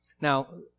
Now